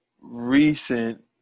recent